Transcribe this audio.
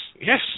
yes